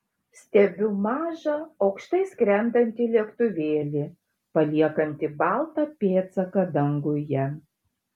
stebiu mažą aukštai skrendantį lėktuvėlį paliekantį baltą pėdsaką danguje